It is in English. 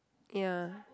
ya